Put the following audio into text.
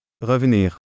Revenir